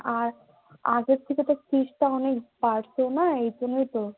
আর আগের থেকে তোর ফিজটা অনেক বাড়ছে না এই জন্যেই তো